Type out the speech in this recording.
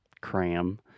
cram